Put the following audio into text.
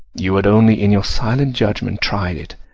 you had only in your silent judgment tried it,